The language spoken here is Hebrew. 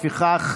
לפיכך,